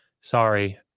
sorry